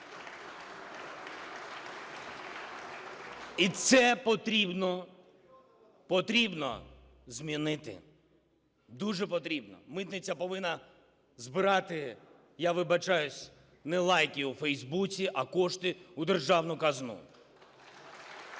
І це потрібно змінити. Дуже потрібно. Митниця повинна збирати, я вибачаюсь, не лайки у Фейсбуці, а кошти у державну казну.